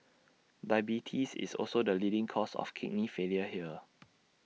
diabetes is also the leading cause of kidney failure here